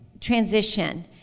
transition